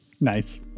nice